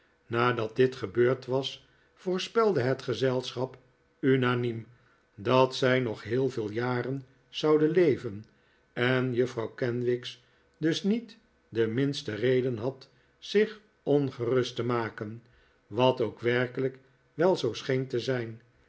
nadat dit gebeurd was voorspelde het gezelschap unaniern dat zij nog heel veel jaren zouden leven en juffrouw kenwigs dus niet de minste reden had zich ongerust te maken wat ook werkelijk wel zoo scheen te zijn